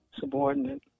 subordinate